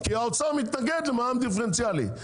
כי האוצר מתנגד למע"מ דיפרנציאלי.